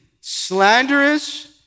slanderous